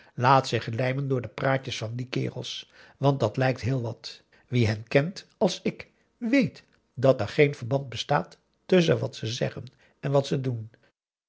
laat zich lijmen door de praatjes van die kerels want dat lijkt heel wat wie hen kent als ik weet dat er geen verband bestaat tusschen wat ze zeggen en wat ze doen